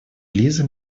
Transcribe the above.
лиза